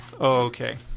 okay